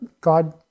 God